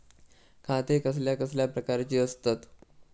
खाते कसल्या कसल्या प्रकारची असतत?